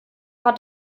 war